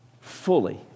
fully